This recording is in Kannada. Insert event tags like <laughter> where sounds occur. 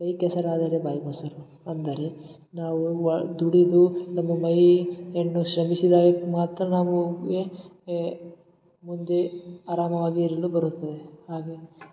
ಕೈ ಕೆಸರಾದರೆ ಬಾಯಿ ಮೊಸರು ಅಂದರೆ ನಾವು ವಾ ದುಡಿದು ನಮ್ಮ ಮೈ <unintelligible> ಶ್ರಮಿಸಿದಾಗ ಮಾತ್ರ ನಾವು ಎ ಏ ಮುಂದೆ ಆರಾಮವಾಗಿರಲು ಬರುತ್ತದೆ ಹಾಗೆ